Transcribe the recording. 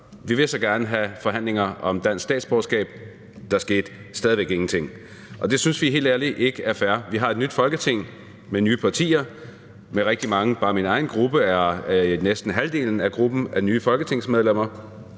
Vi vil så gerne have forhandlinger om dansk statsborgerskab. Der skete stadig væk ingenting. Det synes vi helt ærligt ikke er fair. Vi har et nyt Folketing med nye partier med rigtig mange nye medlemmer – bare i min egen gruppe er næsten halvdelen af gruppen nye folketingsmedlemmer,